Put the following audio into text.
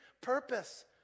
purpose